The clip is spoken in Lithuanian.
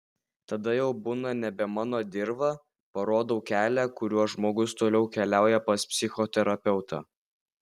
tada jau būna nebe mano dirva parodau kelią kuriuo žmogus toliau keliauja pas psichoterapeutą